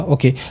Okay